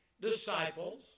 disciples